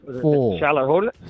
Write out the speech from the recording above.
four